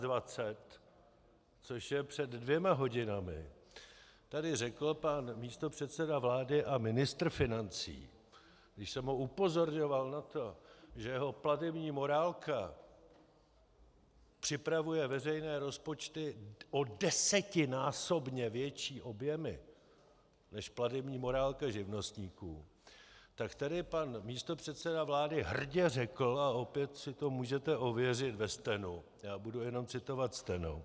10. 7. v 11.20, což je před dvěma hodinami, tady řekl pan místopředseda vlády a ministr financí, když jsem ho upozorňoval na to, že jeho platební morálka připravuje veřejné rozpočty o desetinásobně větší objemy než platební morálka živnostníků, tak tady pan místopředseda vlády hrdě řekl a opět si to můžete ověřit ve stenu, já budu jenom citovat steno: